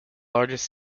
largest